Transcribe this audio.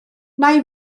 nai